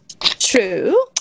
True